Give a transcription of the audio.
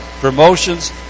promotions